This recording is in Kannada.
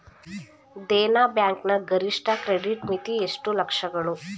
ದೇನಾ ಬ್ಯಾಂಕ್ ನ ಗರಿಷ್ಠ ಕ್ರೆಡಿಟ್ ಮಿತಿ ಎಷ್ಟು ಲಕ್ಷಗಳು?